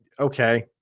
okay